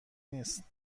نیست